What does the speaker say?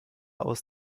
aus